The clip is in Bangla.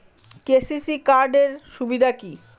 কে.সি.সি কার্ড এর সুবিধা কি?